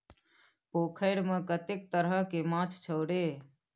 पोखैरमे कतेक तरहके माछ छौ रे?